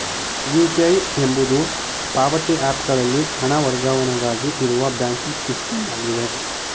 UPI ಎಂಬುದು ಪಾವತಿ app ಗಳಲ್ಲಿ ಹಣ ವರ್ಗಾವಣೆಗಾಗಿ ಇರುವ ಬ್ಯಾಂಕಿಂಗ್ ಸಿಸ್ಟಮ್ ಆಗಿದೆ